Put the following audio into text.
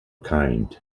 kind